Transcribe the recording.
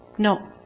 No